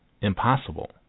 impossible